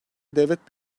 devlet